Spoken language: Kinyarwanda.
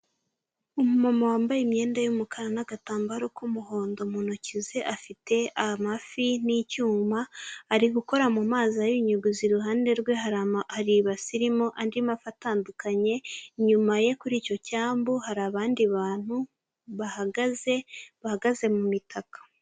Umuma wambaye imyenda y'umukara n'agatambaro k'umuhondo, mu ntoki ze afite amafi n'icyuma. Arigukora mu mazi ayunyuguza. Iruhande rwe hari ibasi irimo andi mafi atandukanye. Inyuma ye kuri icyo cyambu hari abandi bantu bahagaze, bahagaze mu mitaka.